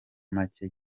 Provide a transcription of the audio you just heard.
make